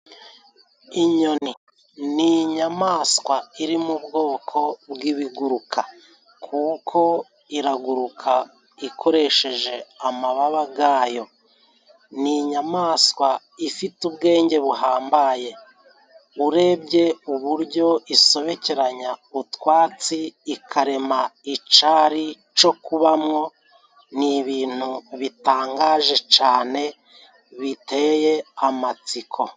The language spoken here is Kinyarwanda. Inyoni ni inyamaswa iri mu bwoko bw'ibiguruka kuko iraguruka ikoresheje amababa gayo. Ni inyamaswa ifite ubwenge buhambaye. Urebye uburyo isobekeranya utwatsi ikarema icari co kubamwo, ni ibintu bitangaje cane biteye amatsiko.